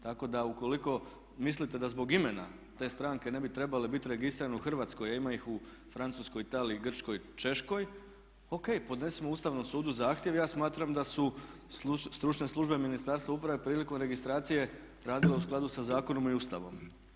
Tako da ukoliko mislite da zbog imena te stranke ne bi trebale biti registrirane u Hrvatskoj a ima ih u Francuskoj, Italiji, Grčkoj i Češkoj, O.K. podnesimo Ustavnom sudu zahtjev, ja smatram da su stručne službe Ministarstva uprave prilikom registracije radile u skladu sa zakonom i ustavom.